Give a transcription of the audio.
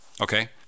okay